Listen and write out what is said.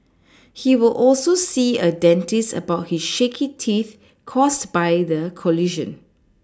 he will also see a dentist about his shaky teeth caused by the collision